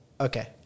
Okay